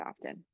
often